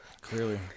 Clearly